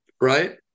right